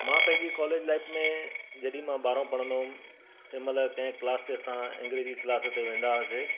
मां पंहिंजी college life में जॾहिं मां ॿारहो पढ़ंदो हुयुमि तंहिंमहिल कंहिं क्लास ते असां अंग्रेजी क्लास में वेंदा हुआसीं